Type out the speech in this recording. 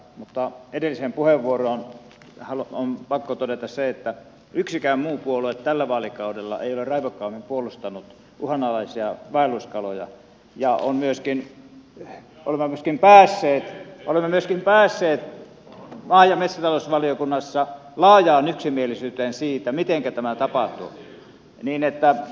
mutta edelliseen puheenvuoroon on pakko todeta se että yksikään muu puolue tällä vaalikaudella ei ole raivokkaammin puolustanut uhanalaisia vaelluskaloja ja olemme myöskin päässeet maa ja metsätalousvaliokunnassa laajaan yksimielisyyteen siitä mitenkä tämä tapahtuu